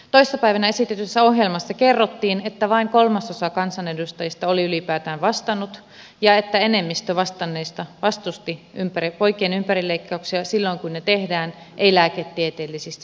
toissa päivänä esitetyssä ohjelmassa kerrottiin että vain kolmasosa kansanedustajista oli ylipäätään vastannut ja että enemmistö vastanneista vastusti poikien ympärileikkauksia silloin kun ne tehdään ei lääketieteellisistä syistä